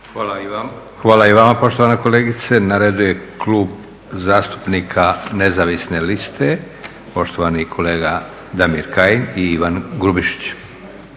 Josip (SDP)** Hvala i vama poštovana kolegice. Na redu je Klub zastupnika nezavisne liste, poštovani kolega Damir Kajin i Ivan Grubišić.